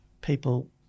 people